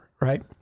Right